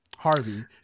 Harvey